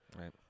Right